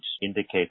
indicate